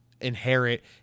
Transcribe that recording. inherit